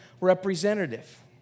representative